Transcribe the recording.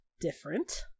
different